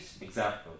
example